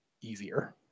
easier